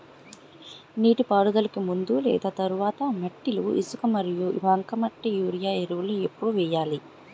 నీటిపారుదలకి ముందు లేదా తర్వాత మట్టిలో ఇసుక మరియు బంకమట్టి యూరియా ఎరువులు ఎప్పుడు వేయాలి?